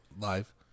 live